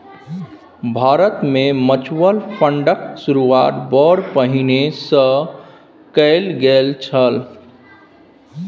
भारतमे म्यूचुअल फंडक शुरूआत बड़ पहिने सँ कैल गेल छल